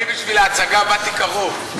אני בשביל ההצגה באתי קרוב.